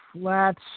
flat